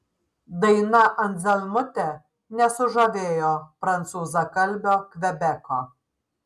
daina anzelmutė nesužavėjo prancūzakalbio kvebeko